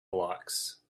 blocks